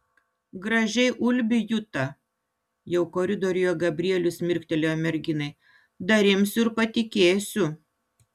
gražiai ulbi juta jau koridoriuje gabrielius mirktelėjo merginai dar imsiu ir patikėsiu